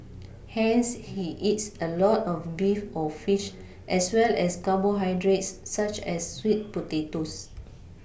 hence he eats a lot of beef or fish as well as carbohydrates such as sweet potatoes